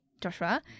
Joshua